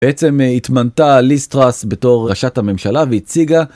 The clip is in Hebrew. בעצם התמנתה ליסטראס בתור ראשת הממשלה והציגה.